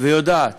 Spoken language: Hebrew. ויודעת